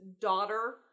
daughter